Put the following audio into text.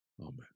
Amen